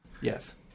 Yes